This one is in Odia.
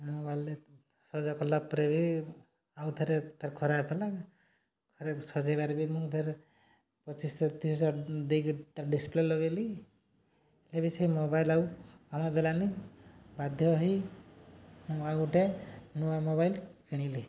ମୋବାଇଲ୍ରେ ସଜ କଲା ପରେ ବି ଆଉଥରେ ତାର ଖରାପ ହେଲା ଖରାପ ସଜେଇବାରେ ବି ମୁଁ ଫେରେ ପଚିଶ ତିରିଶ ଦେଇକି ତା' ଡିସ୍ପ୍ଲେ ଲଗେଇଲି ବି ସେ ମୋବାଇଲ୍ ଆଉ କାମ ଦେଲାନି ବାଧ୍ୟ ହେଇ ମୁଁ ଆଉ ଗୋଟିଏ ନୂଆ ମୋବାଇଲ୍ କିଣିଲି